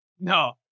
No